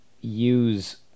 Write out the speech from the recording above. use